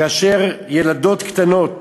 כאשר ילדות קטנות